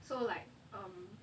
so like um